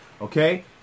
okay